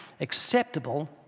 acceptable